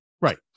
Right